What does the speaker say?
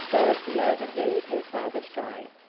dorothy overheard her father say.